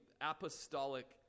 apostolic